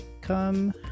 Come